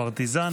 הפרטיזנים.